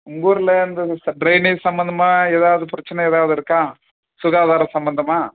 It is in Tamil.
உங்கூரில் இந்த ட்ரைனேஜ் சம்மந்தமாக ஏதாவது பிரச்சினை ஏதாவது இருக்கா சுகாதார சம்மந்தமாக